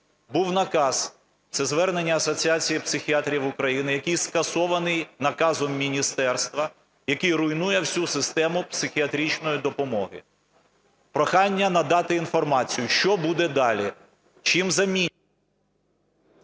був наказ, це звернення Асоціації психіатрів України, який скасований наказом міністерства, який руйнує всю систему психіатричної допомоги. Прохання надати інформацію, що буде далі, чим замінять…?